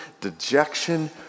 dejection